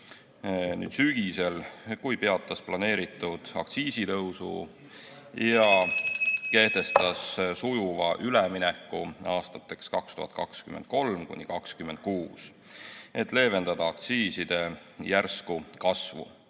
nüüd sügisel, kui peatas planeeritud aktsiisitõusu ja kehtestas sujuva ülemineku aastateks 2023–2026, et leevendada aktsiiside järsku kasvu.